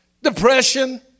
Depression